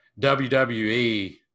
WWE